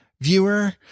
viewer